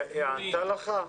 היא ענתה לך?